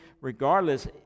regardless